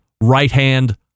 right-hand